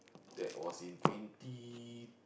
that was in twenty